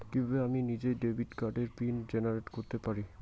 কিভাবে আমি নিজেই ডেবিট কার্ডের পিন জেনারেট করতে পারি?